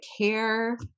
care